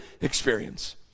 experience